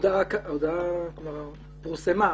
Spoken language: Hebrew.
ההודעה כבר פורסמה.